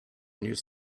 news